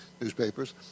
newspapers